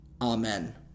Amen